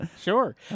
Sure